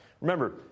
Remember